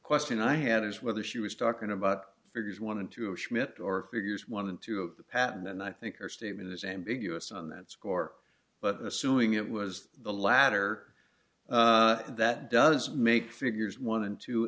question i had is whether she was talking about figures one into a schmidt or figures one and two of the pattern then i think her statement is ambiguous on that score but assuming it was the latter that does make figures one and two